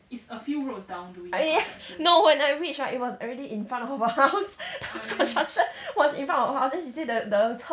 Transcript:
oh ya no when I reach right it was already in front of her house the construction was in front of her house then she say the the